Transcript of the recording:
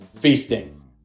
feasting